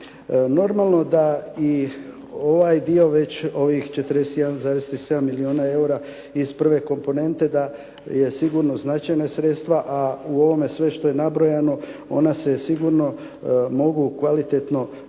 Normalno da i ovaj dio već ovih 41,37 milijuna eura iz prve komponente da je sigurno značajna sredstva, a u ovome sve što je nabrojano, ona se sigurno mogu kvalitetno potrošiti